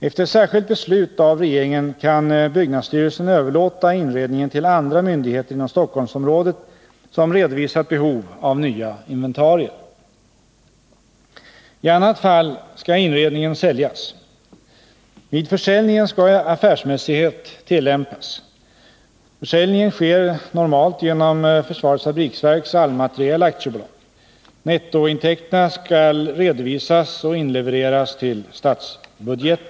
Efter särskilt beslut av regeringen kan byggnadsstyrelsen överlåta inredningen till andra myndigheter inom Stockholmsområdet som redovisat behov av nya inventarier. I annat fall skall inredningen säljas. Vid försäljningen skall affärsmässighet tillämpas. Försäljningen sker normalt genom FFV Allmateriel AB. Nettointäkterna skall redovisas och inlevereras till statsbudgeten.